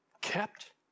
Kept